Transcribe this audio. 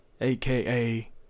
aka